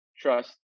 trust